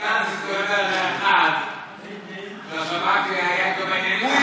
הוא עדכן אותו.